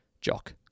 jock